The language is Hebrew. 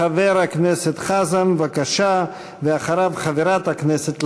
חבר הכנסת חזן, בבקשה, ואחריו, חברת הכנסת לנדבר.